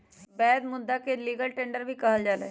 वैध मुदा के लीगल टेंडर भी कहल जाहई